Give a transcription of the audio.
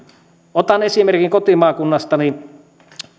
otan esimerkin kotimaakunnastani